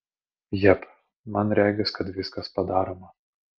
jep man regis kad viskas padaroma